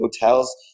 hotels